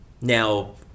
Now